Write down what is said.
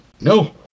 no